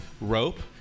rope